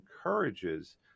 encourages